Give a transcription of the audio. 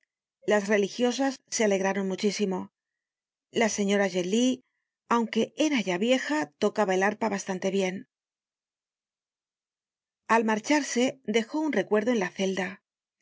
las religiosas se alegraron muchísimo la señora genlis aunque era ya vieja tocaba el arpa bastante bien al marcharse dejó un recuerdo en la celda era supersticiosa y